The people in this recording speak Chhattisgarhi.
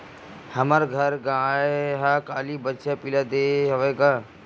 हमर घर गाय ह काली बछिया पिला दे हवय गा